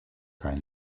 kein